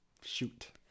shoot